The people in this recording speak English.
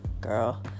girl